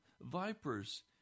vipers